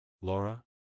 Laura